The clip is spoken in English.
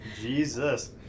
Jesus